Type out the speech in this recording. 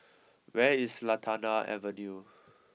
where is Lantana Avenue